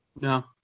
No